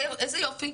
איזה יופי.